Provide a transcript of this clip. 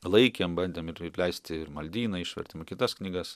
laikėm bandėm ir ir leisti ir maldyną išvertėm ir kitas knygas